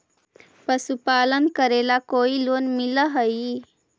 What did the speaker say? पशुपालन करेला कोई लोन मिल हइ?